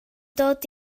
dod